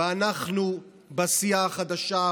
אנחנו בסיעה החדשה,